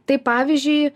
tai pavyzdžiui